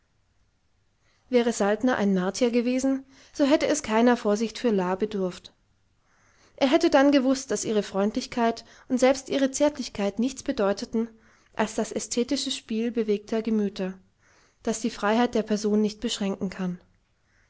wäre saltner ein martier gewesen so hätte es keiner vorsicht für la bedurft er hätte dann gewußt daß ihre freundlichkeit und selbst ihre zärtlichkeit nichts bedeuteten als das ästhetische spiel bewegter gemüter das die freiheit der person nicht beschränken kann